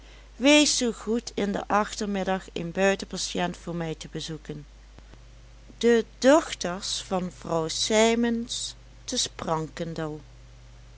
wees zoo goed in den achtermiddag een buitenpatiënt voor mij te bezoeken de dochters van vrouw sijmens te sprankendel